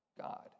God